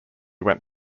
went